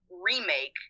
remake